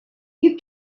you